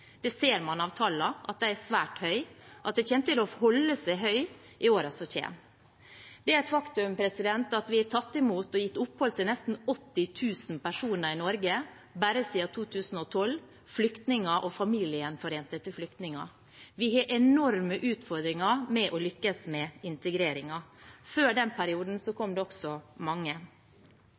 ser av tallene at den er svært høy, og at den kommer til å holde seg høy i årene som kommer. Det er et faktum at vi har tatt imot og gitt opphold til nesten 80 000 personer i Norge bare siden 2012 – flyktninger og familiegjenforenede til flyktninger. Vi har enorme utfordringer med å lykkes med integreringen. Før den perioden kom det også mange.